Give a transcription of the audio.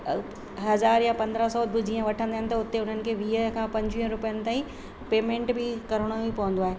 हज़ार या पंद्रहं सौ बि जीअं वठंदा आहिनि त हुते उन्हनि खे वीह खां पंजवीह रुपियनि ताईं पेमेंट बि करिणो ई पवंदो आहे